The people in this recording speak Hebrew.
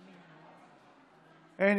אין.